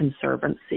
Conservancy